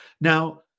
Now